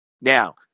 Now